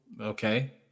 Okay